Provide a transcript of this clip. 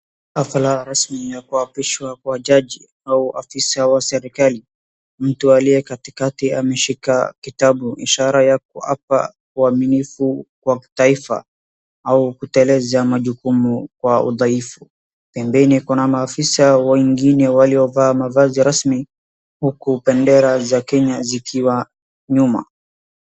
Hafla rasmi ya kuapishwa kwa jaji au afisa wa serikali. Mtu aliye katikati ameshika kitabu ishara ya kuapa uaminifu kwa taifa au kuteleza majukumu kwa udhaifu. Pembeni kuna maafisa wengine waliovaa mavazi rasmi huku bendera za Kenya zikiwa nyuma.